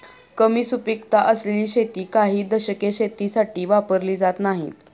कमी सुपीकता असलेली शेती काही दशके शेतीसाठी वापरली जात नाहीत